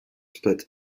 split